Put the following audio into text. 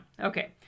Okay